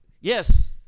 Yes